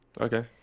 Okay